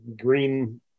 green